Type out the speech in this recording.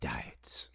Diets